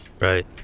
Right